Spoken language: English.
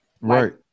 right